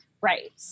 Right